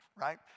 right